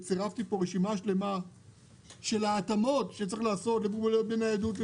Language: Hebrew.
וצירפתי כאן רשימה שלמה של ההתאמות שצריך לעשות למוגבלויות בניידות,